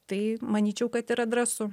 tai manyčiau kad yra drąsu